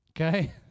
Okay